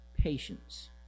patience